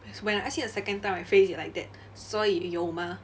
when I asked him the second time I phrased it like that 所以有吗